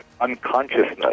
unconsciousness